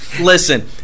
Listen